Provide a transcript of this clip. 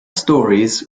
stories